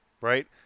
right